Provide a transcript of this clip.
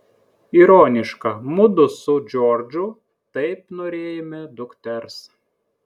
ironiška mudu su džordžu taip norėjome dukters